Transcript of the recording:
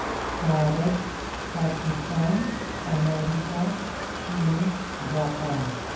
Bharat Pakistan America चीन Japan